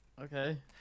Okay